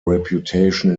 reputation